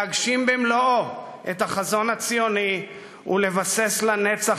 להגשים במלואו את החזון הציוני ולבסס לנצח